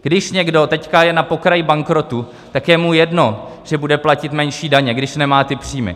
Když někdo teď je na pokraji bankrotu, tak je mu jedno, že bude platit menší daně, když nemá příjmy.